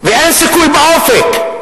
ואין סיכוי באופק.